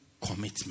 commitment